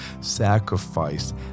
sacrificed